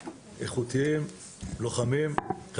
איכותיים, לוחמים.